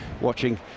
watching